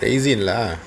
raisin lah